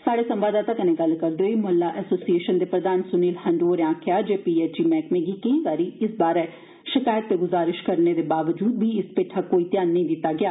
स्हाड़े संवाददाता कन्नै गल्ल करदे होई मोहल्ला एसोसिएशन दे प्रधान सुनील हडूं होरें आक्खेआ ऐ जे पीएचई मैह्कमें गी केंई बारी इस बारै शकैत ते गुजारशां करने दे बावजूद बी इस भेठा कोई ध्यान नेई दित्ता गेआ